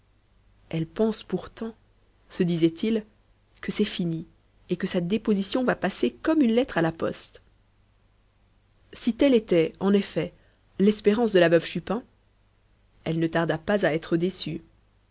elle pense pourtant se disait-il que c'est fini et que sa déposition va passer comme une lettre à la poste si telle était en effet l'espérance de la veuve chupin elle ne tarda pas à être déçue